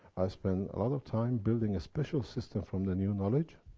i spent a lot of time building a special system, from the new knowledge.